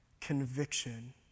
conviction